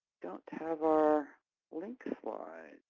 don't have our link slide.